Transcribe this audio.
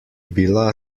bila